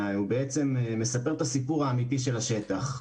הוא בעצם מספר את הסיפור האמיתי של השטח.